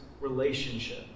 relationship